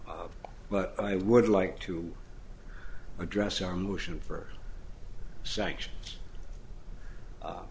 but i would like to address our motion for sanctions